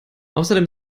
außerdem